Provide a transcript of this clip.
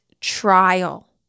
trial